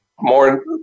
more